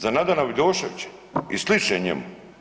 Za Nadana Vidoševića i slične njemu?